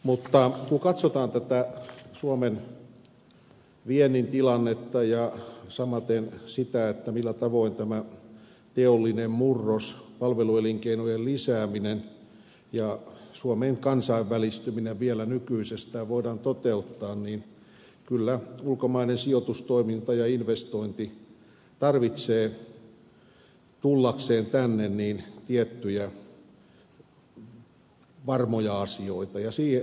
mutta kun katsotaan tätä suomen viennin tilannetta ja samaten sitä millä tavoin tämä teollinen murros palveluelinkeinojen lisääminen ja suomen kansainvälistyminen vielä nykyisestään voidaan toteuttaa niin kyllä ulkomainen sijoitustoiminta ja investointi tarvitsee tullakseen tänne tiettyjä varmoja asioita